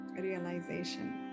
realization